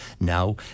now